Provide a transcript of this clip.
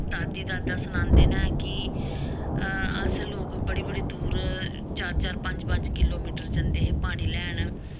दादी दादा सनांदे न कि अस लोक बड़ी बड़ी दूर चार चार पंज पंज किलो मीटर जंदे हे पानी लैन